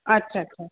अच्छा अच्छा